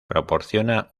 proporciona